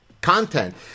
content